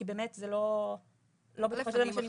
כי אני לא בטוחה שזה מה שנבחן.